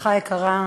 משפחה יקרה,